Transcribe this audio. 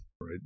right